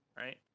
right